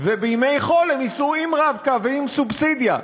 ובימי חול הן ייסעו עם "רב-קו" ועם סובסידיה.